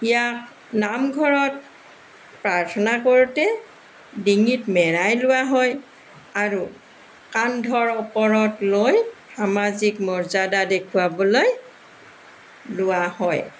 ইয়াক নামঘৰত প্ৰাৰ্থনা কৰোঁতে ডিঙিত মেৰাই লোৱা হয় আৰু কান্ধৰ ওপৰত লৈ সামাজিক মৰ্যদা দেখুৱাবলৈ লোৱা হয়